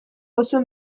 oso